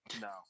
No